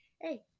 hey